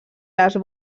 les